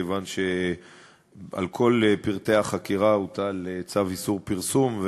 כיוון שעל כל פרטי החקירה הוטל צו איסור פרסום,